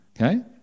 Okay